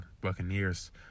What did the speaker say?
Buccaneers